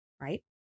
right